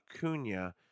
Cunha